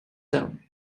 town